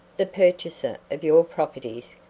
the purchaser of your properties,